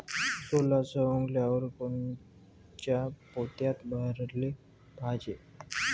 सोला सवंगल्यावर कोनच्या पोत्यात भराले पायजे?